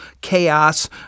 chaos